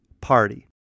party